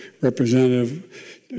Representative